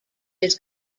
his